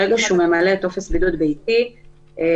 ברגע שהוא ממלא טופס בידוד ביתי הוא